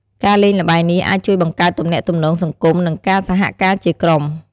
ការលេងល្បែងនេះអាចជួយបង្កើតទំនាក់ទំនងសង្គម និងការសហការជាក្រុម។